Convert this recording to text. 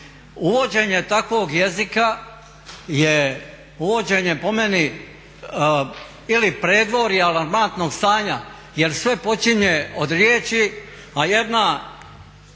Uvođenje takvog jezika je uvođenje po meni ili predvorja alarmantnog stanja jer sve počinje od riječi a jedna